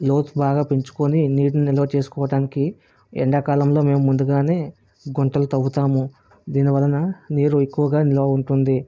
లోతు బాగా పెంచుకోని నీటిని నిల్వ చేసుకోవటానికి ఎండాకాలంలో మేము ముందుగానే గుంటలు తవ్వుతాము దీనివలన నీరు ఎక్కువగా నిల్వ ఉంటుంది